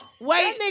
wait